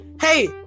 hey